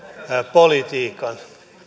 politiikan